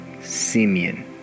Simeon